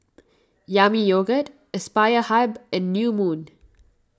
Yami Yogurt Aspire Hub and New Moon